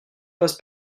passe